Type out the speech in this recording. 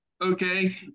okay